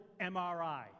MRI